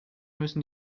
müssen